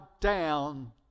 down